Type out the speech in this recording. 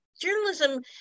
Journalism